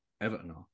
Everton